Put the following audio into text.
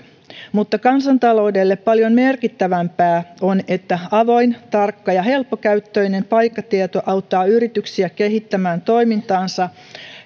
mutta kansantaloudelle paljon merkittävämpää on että avoin tarkka ja helppokäyttöinen paikkatieto auttaa yrityksiä kehittämään toimintaansa